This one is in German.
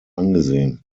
angesehen